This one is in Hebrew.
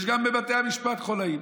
יש גם בבתי המשפט חוליים.